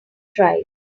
tried